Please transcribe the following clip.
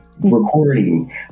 recording